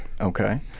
Okay